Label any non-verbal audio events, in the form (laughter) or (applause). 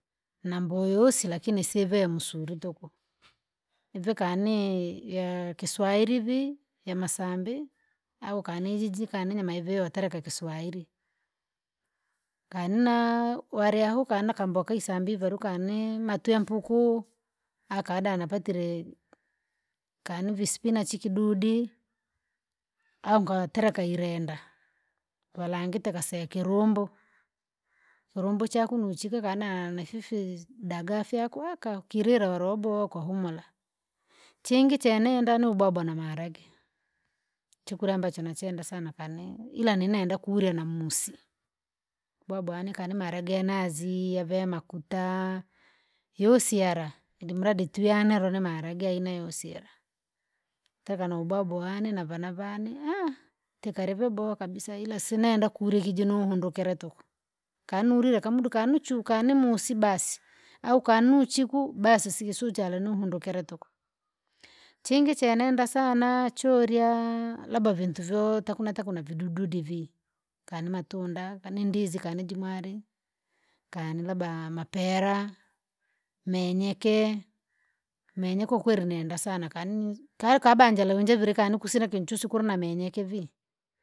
Na mboa yoyosi lakini sive msuli tuku, ivikane ya kiswairi ivii yamasambi, au kanijiji kaninyama ivio utereka kiswahili, kana ware ahuka kana kamboka isambi ivarukane, matwempuku. Akadana apatire, kani ivispinachi ikidudi, au ngatereka irenda, golangite kasekerumbu, kilumbu chakunuchiko kana nafifi dagaa fyako aka kilila ware wabowa ukahumura, chingi chenenda nubwabwa na maharage, chakurya ambacho nachenda sana kane ila ninenda kuurya na musi, ubwabwa ane kani maharage yanazi yave makuta. Yosi yara, ilimradi tuyanele ni maharage ya aina yoyosi ila, taka nubwabwa wane navana vane (hesitation) tikali vyabowa kabisa ila sinenda kurya kije nuhundukira tuku, kanulile kumundu kanuchu kanimusi basi au kanuchiku basi sisucha alimundukira tuku. Chingi chenenda sana! Churya! Labda vintu vyota kuna takuna vidududivi, kani matunda kani ndizi kani jimware, kani labda mapera, menyeke, menyeke kwakweli nenda sana kaniuzi kali kabanja leunjevile kani kusina kinchusu kulu namenye kivi.